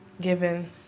given